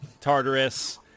Tartarus